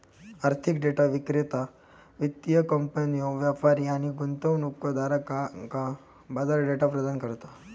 आर्थिक डेटा विक्रेता वित्तीय कंपन्यो, व्यापारी आणि गुंतवणूकदारांका बाजार डेटा प्रदान करता